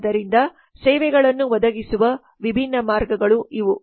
ಆದ್ದರಿಂದ ಸೇವೆಗಳನ್ನು ಒದಗಿಸುವ ವಿಭಿನ್ನ ಮಾರ್ಗಗಳು ಇವು